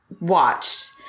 watched